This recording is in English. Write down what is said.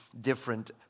different